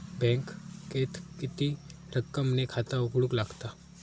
बँकेत किती रक्कम ने खाता उघडूक लागता?